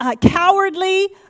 cowardly